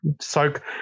soak